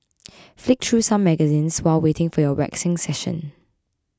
flick through some magazines while waiting for your waxing session